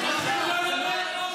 תודה רבה.